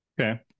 Okay